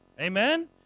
Amen